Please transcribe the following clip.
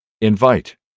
Invite